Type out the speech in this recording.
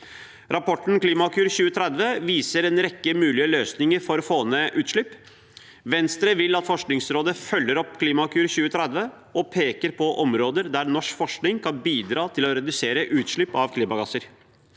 Rapporten Klimakur 2030 viser en rekke mulige løsninger for å få ned utslipp. Venstre vil at Forskningsrådet følger opp Klimakur 2030 og peker på områder der norsk forskning kan bidra til å redusere utslipp av klimagasser.